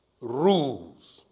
rules